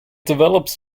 develops